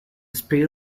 speed